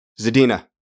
Zadina